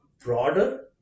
broader